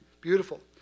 Beautiful